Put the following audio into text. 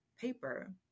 paper